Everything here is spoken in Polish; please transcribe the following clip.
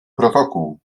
protokół